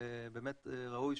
זה באמת ראוי,